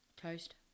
Toast